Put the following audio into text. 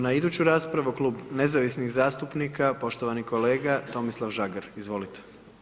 Idemo na iduću raspravu, Klub nezavisnih zastupnika, poštovani kolega Tomislav Žagar, izvolite.